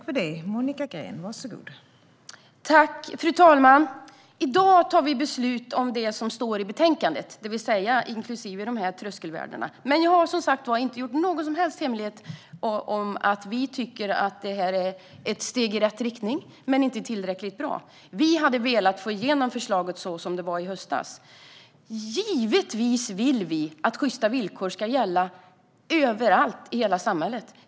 Fru talman! I dag fattar vi beslut om det som står i betänkandet, det vill säga inklusive tröskelvärdena. Jag har inte gjort någon hemlighet av att vi tycker att förslaget är ett steg i rätt riktning men inte tillräckligt bra. Vi hade velat få igenom förslaget så som det lades fram i höstas. Givetvis vill vi att sjysta villkor ska gälla överallt i hela samhället.